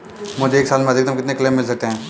मुझे एक साल में अधिकतम कितने क्लेम मिल सकते हैं?